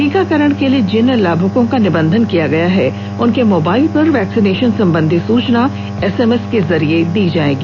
टीकाकरण के लिए जिन लाभुकों का निबंधन किया गया है उनके मोबाइल पर वैक्सीनेशन संबंधी सूचना एसएमएस से दी जायेगी